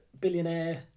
billionaire